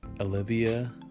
Olivia